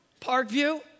Parkview